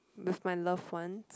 with my loved ones